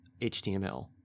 HTML